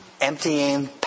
emptying